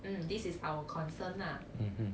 mm this is our concern lah